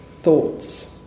thoughts